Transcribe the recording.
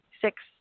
six